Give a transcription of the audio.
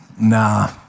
nah